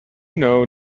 know